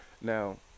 now